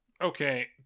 Okay